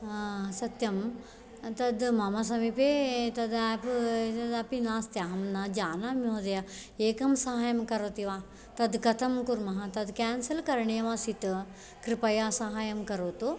सत्यं तद् मम समीपे तद् एप् एतदपि नास्ति अहं न जानामि महोदय एकं साहाय्यं करोति वा तद् कथं कुर्मः तद् केन्सल् करणीयमासीत् कृपया साहाय्यं करोतु